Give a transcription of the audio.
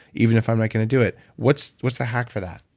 even if i'm not going to do it. what's what's the hack for that?